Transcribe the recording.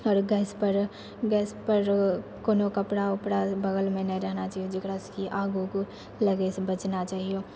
आओर गैसपर कोनो कपड़ा उपड़ा बगलमे नहि रहना चाहिओ जकरासँ कि आग उग लगैसँ बचना चाहिओ